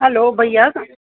हलो भइया